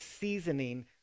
seasoning